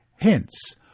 Hence